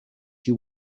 she